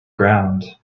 ground